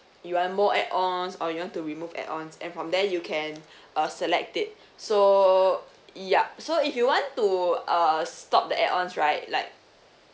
you want more add-ons or you want to remove add-ons and from there you can uh select it so yup so if you want to uh stop the add-ons right like